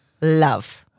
love